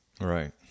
right